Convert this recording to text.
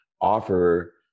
offer